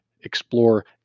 explore